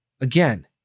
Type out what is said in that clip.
again